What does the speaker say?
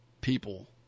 people